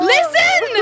Listen